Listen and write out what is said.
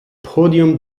podium